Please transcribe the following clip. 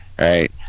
right